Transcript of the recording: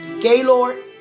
Gaylord